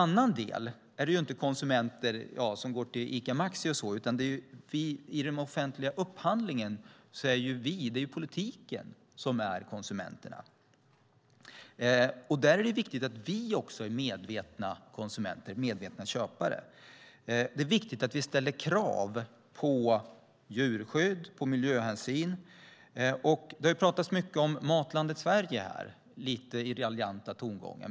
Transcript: När det gäller upphandling är det inte kunderna på Ica Maxi som är konsumenterna utan politikerna. Där är det viktigt att vi är medvetna konsumenter, medvetna köpare. Det är viktigt att vi ställer krav på djurskydd och miljöhänsyn. Det har pratats mycket om Matlandet Sverige, i lite raljanta tongångar.